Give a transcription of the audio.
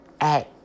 Act